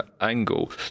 angle